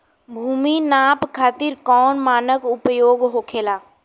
भूमि नाप खातिर कौन मानक उपयोग होखेला?